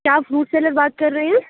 کیا آپ fruit seller بات کر رہے ہیں